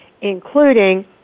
including